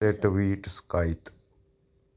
ਤੇ ਟਵੀਟ ਸ਼ਿਕਾਇਤ